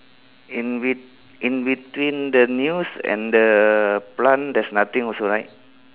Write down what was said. in be~ in between the news and the plant there's nothing also right